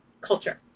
culture